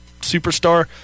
superstar